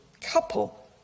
couple